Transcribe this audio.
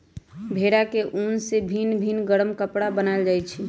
भेड़ा के उन से भिन भिन् गरम कपरा बनाएल जाइ छै